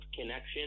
connection